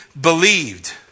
believed